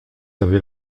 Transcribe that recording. avez